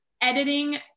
Editing